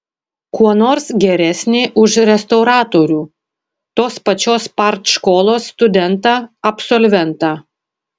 kuo nors geresnė už restauratorių tos pačios partškolos studentą absolventą